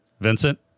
Vincent